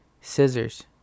Scissors